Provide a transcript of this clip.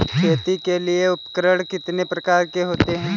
खेती के लिए उपकरण कितने प्रकार के होते हैं?